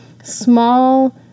Small